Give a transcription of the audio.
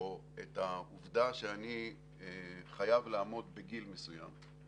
או את העובדה שאני חייב לעמוד בגיל מסוים,